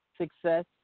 success